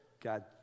God